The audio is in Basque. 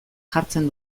jartzen